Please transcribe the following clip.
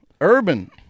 Urban